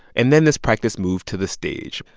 and then this practice moved to the stage.